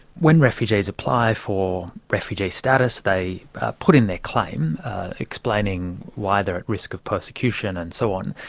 when refugees apply for refugee status they put in their claim explaining why they're at risk of persecution and so on,